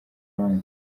y’abandi